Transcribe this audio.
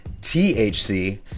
thc